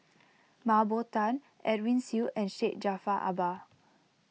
Mah Bow Tan Edwin Siew and Syed Jaafar Albar